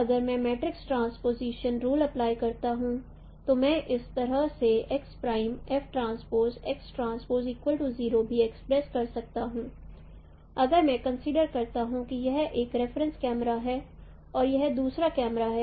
अब अगर मैं मैट्रिक्स ट्रांसपोजिशन रूल अप्लाई करता हूं तो मैं इसे इस तरह से भी एक्सप्रेस् कर सकता हूं अगर मैं कंसीडर करता हूं कि यह एक रेफरेंस कैमरा है और यह दूसरा कैमरा है